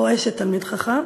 או אשת תלמיד חכם,